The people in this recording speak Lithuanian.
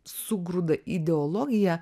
sugrūda ideologiją